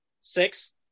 six